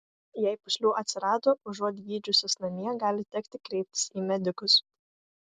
jei pūslių atsirado užuot gydžiusis namie gali tekti kreiptis į medikus